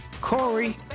Corey